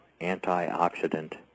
antioxidant